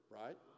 right